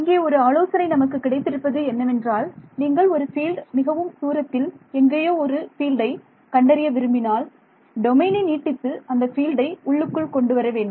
இங்கே ஒரு ஆலோசனை நமக்கு கிடைத்திருப்பது என்னவென்றால் நீங்கள் ஒரு ஃபீல்ட் மிகவும் தூரத்தில் எங்கேயோ உள்ள ஒரு ஃபீல்டை கண்டறிய விரும்பினால் டொமைனை நீட்டித்து அந்த ஃபீல்டை உள்ளுக்குள் கொண்டு வரவேண்டும்